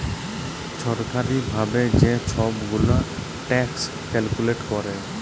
ছরকারি ভাবে যে ছব গুলা ট্যাক্স ক্যালকুলেট ক্যরে